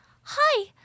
Hi